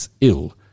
ill